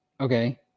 okay